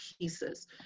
pieces